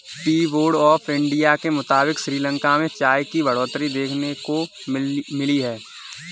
tea board of India के मुताबिक़ श्रीलंका में चाय की बढ़ोतरी देखने को मिली है